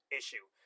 issue